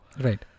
Right